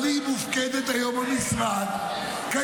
אבל היא מופקדת היום על משרד קיים,